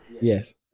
yes